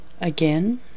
Again